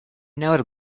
never